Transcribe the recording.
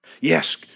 Yes